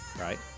right